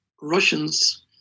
Russians